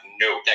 no